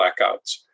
blackouts